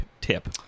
tip